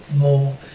more